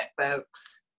folks